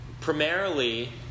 primarily